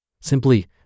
Simply